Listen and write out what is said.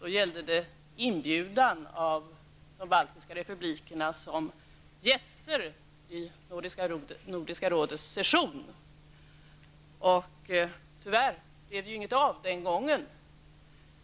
Det gällde då en inbjudan av de baltiska republikerna som gäster till Nordiska rådets session. Tyvärr blev det inget av detta den gången.